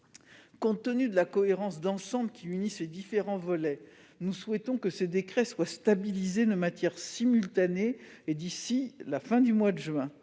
Compte tenu de la cohérence d'ensemble qui unit ces différents volets, le Gouvernement souhaite que ces décrets soient stabilisés de manière simultanée, d'ici à la fin du mois de juin.